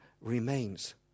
remains